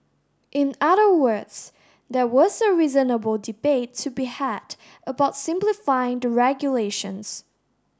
in other words there was a reasonable debate to be had about simplifying the regulations